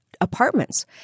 apartments